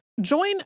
Join